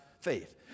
faith